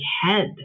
head